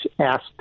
asked